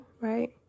right